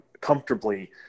comfortably